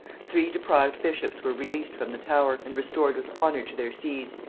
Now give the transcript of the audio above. three deprived bishops were released from the tower, and restored with honor to their sees.